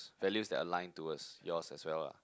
values that are lined towards yours as well lah